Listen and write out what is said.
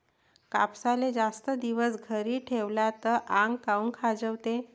कापसाले जास्त दिवस घरी ठेवला त आंग काऊन खाजवते?